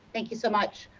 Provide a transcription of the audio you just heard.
thank you so much.